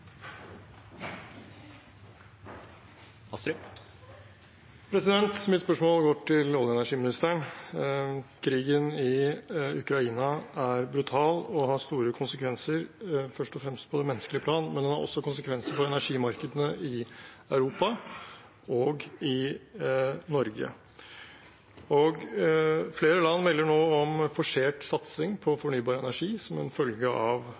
Mitt spørsmål går til olje- og energiministeren. Krigen i Ukraina er brutal og har store konsekvenser, først og fremst på det menneskelige plan, men den har også konsekvenser for energimarkedene i Europa og i Norge. Flere land melder nå om forsert satsing på fornybar energi som en følge av